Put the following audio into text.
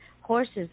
horses